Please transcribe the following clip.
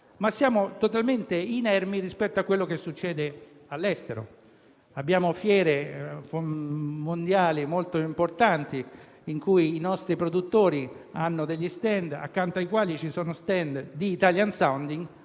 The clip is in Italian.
ma siamo totalmente inermi rispetto a quello che succede all'estero. Abbiamo fiere mondiali molto importanti in cui i nostri produttori hanno degli *stand* accanto ai quali ci sono *stand* di *italian sounding,*